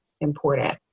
important